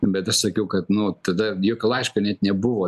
bet aš sakiau kad nu tada jokio laiško net nebuvo